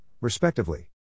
respectively